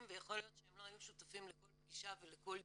ויכול להיות שהם לא היו שותפים לכל פגישה ולכל דיון,